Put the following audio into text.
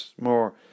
more